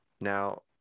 now